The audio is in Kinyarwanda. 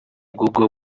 google